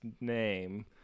name